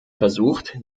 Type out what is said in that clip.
versucht